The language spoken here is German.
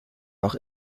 auch